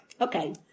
Okay